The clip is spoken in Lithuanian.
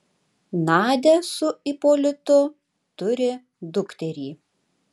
nadia su ipolitu turi dukterį